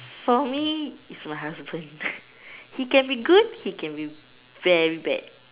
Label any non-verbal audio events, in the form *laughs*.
for me is my husband *laughs* he can be good he can be very bad